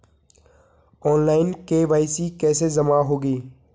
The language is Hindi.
ऑनलाइन के.वाई.सी कैसे जमा होगी?